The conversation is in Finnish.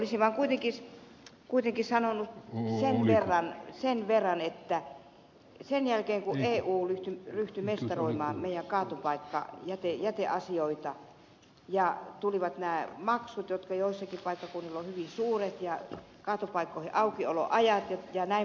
olisin vaan kuitenkin sanonut sen verran että sen jälkeen kun eu ryhtyi mestaroimaan meidän kaatopaikka ja jäteasioitamme ja tulivat nämä maksut jotka joillakin paikkakunnilla ovat hyvin suuret ja kaatopaikkoihin aukioloajat jnp